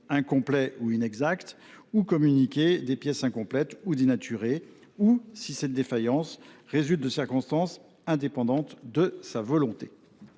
incomplets ou inexacts ou communiqué des pièces incomplètes ou dénaturées de manière délibérée, ou bien si cette défaillance résulte de circonstances indépendantes de sa volonté.